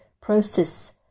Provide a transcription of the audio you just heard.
process